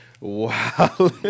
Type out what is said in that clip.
Wow